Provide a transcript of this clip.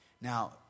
Now